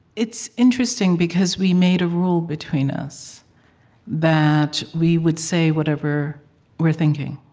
it's interesting, because we made a rule between us that we would say whatever we're thinking.